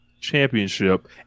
Championship